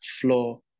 floor